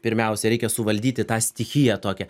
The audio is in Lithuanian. pirmiausia reikia suvaldyti tą stichiją tokią